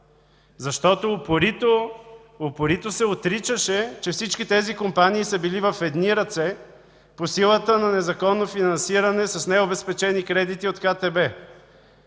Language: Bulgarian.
защото упорито се отричаше, че всички тези компании са били в едни ръце по силата на незаконно финансиране с необезпечени кредити от КТБ.